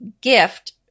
gift